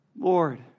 Lord